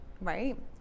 right